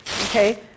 okay